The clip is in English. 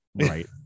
right